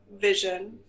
vision